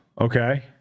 Okay